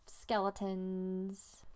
skeletons